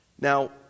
Now